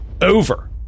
over